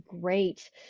great